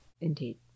Indeed